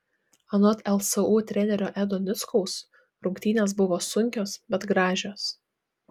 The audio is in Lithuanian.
anot lsu trenerio edo nickaus rungtynės buvo sunkios bet gražios